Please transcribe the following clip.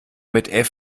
mit